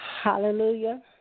Hallelujah